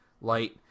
light